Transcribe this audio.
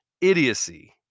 idiocy